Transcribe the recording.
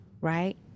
right